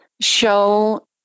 show